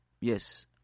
Yes